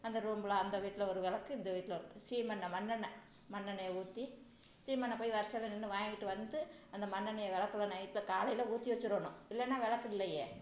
அந்த ரூம்பில அந்த வீட்டில ஒரு விளக்கு இந்த வீட்டில ஒரு சீமெண்ணெ மண்ணெண்ணெ மண்ணெண்ணையை ய ஊற்றி சீமெண்ணெ போய் வரிசையில் நின்று வாங்கிட்டு வந்து அந்த மண்ணெண்ணையை விளக்குல நைட்டில காலையில் ஊற்றி வச்சுடணும் இல்லைன்னா விளக்கு இல்லையே